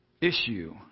issue